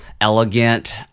elegant